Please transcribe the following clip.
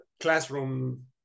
classroom